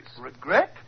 Regret